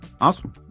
Awesome